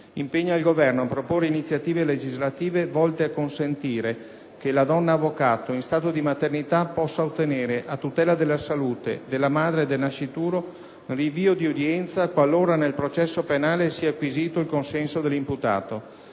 impegna il Governo a proporre iniziative legislative volte a consentire che la donna avvocato in stato di maternità possa ottenere a tutela della salute della madre e del nascituro rinvio di udienza qualora nel processo penale sia acquisito il consenso dell'imputato,